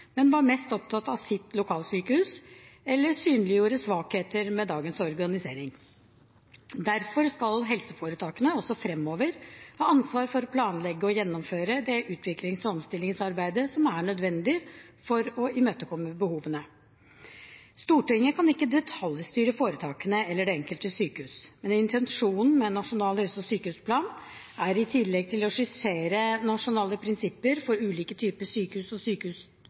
men var mest opptatt av sitt lokalsykehus eller synliggjorde svakheter med dagens organisering. Derfor skal helseforetakene også framover ha ansvar for å planlegge og gjennomføre det utviklings- og omstillingsarbeidet som er nødvendig for å imøtekomme behovene. Stortinget kan ikke detaljstyre foretakene eller det enkelte sykehus. Men intensjonen med en nasjonal helse- og sykehusplan er i tillegg til å skissere nasjonale prinsipper for ulike typer sykehus og